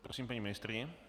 Prosím paní ministryni.